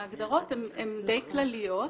ההגדרות הן די כלליות,